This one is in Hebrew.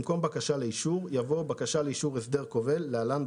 במקום "בקשה לאישור" יבוא "בקשה לאישור הסדר כובל (להלן,